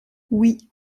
oui